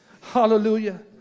Hallelujah